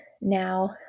now